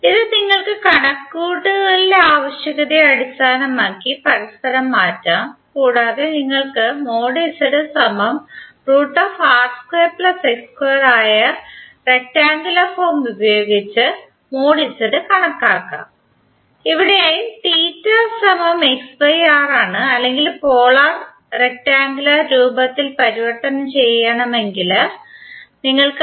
ഇത് നിങ്ങൾക്ക് കണക്കുകൂട്ടലിലെ ആവശ്യകതയെ അടിസ്ഥാനമാക്കി പരസ്പരം മാറ്റാം കൂടാതെ നിങ്ങൾക്ക് ആയ റെക്റ്റാംഗുലാർ ഫോം ഉപയോഗിച്ച് കണക്കാക്കാം ഇവിടെ ആണ് അല്ലെങ്കിൽ പോളാർ റെക്റ്റാംഗുലാർ രൂപത്തിൽ പരിവർത്തനം ചെയ്യണമെങ്കിൽ നിങ്ങൾക്ക്